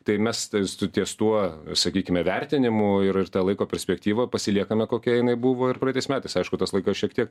tai mes tes tu ties tuo sakykime vertinimu ir ir tą laiko perspektyvą pasiliekame kokia jinai buvo ir praeitais metais aišku tas laikas šiek tiek